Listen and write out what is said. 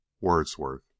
wordsworth